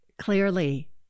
Clearly